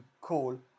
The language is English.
call